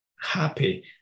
happy